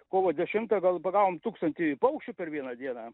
kovo dešimtą gal pagavom tūkstantį paukščių per vieną dieną